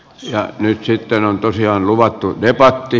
ja nyt sitten on toisiaan luvattu irakli